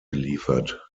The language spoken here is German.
geliefert